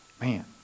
Man